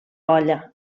olla